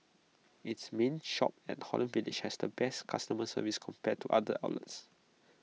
its main shop at Holland village has the best customer service compared to other outlets